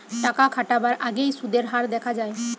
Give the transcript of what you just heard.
টাকা খাটাবার আগেই সুদের হার দেখা যায়